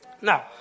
Now